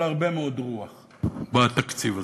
אבל הרבה מאוד רוח בתקציב הזה.